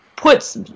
puts